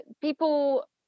people